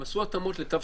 הם עשו התאמות לתו סגול.